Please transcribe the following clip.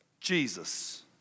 Jesus